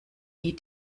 die